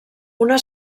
una